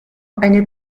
eine